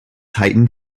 heightened